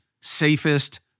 safest